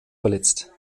verletzt